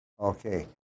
Okay